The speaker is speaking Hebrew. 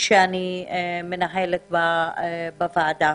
שאני מנהלת בוועדה.